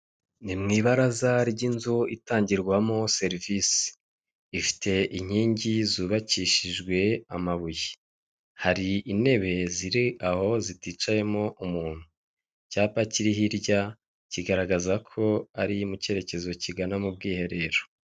Ni mu ibaraza ry'inzu itangirwamo serivisi ifite inkingi zubakishijwe amabuye hari intebe ziri aho ziticayemo umuntu, icyapa kiri hirya kigaragaza ko ari mu cyerekezo kigana mu bwiherero.